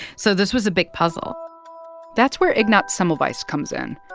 so this was a big puzzle that's where ignaz semmelweis so comes in.